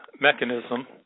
mechanism